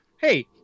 hey